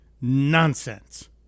nonsense